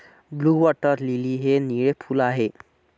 blue water lily हे निळे फूल आहे